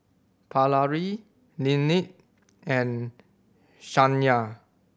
Paralee Linette and Shayna